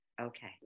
Okay